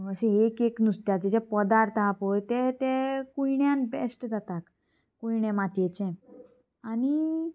अशें एक एक नुस्त्याचे जे पदार्थ आहा पळय ते ते कुयण्यांत बेश्ट जाता कुयणे मातयेचे आनी